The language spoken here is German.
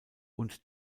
und